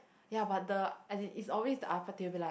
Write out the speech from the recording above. ya but the as in it's always the then you will be like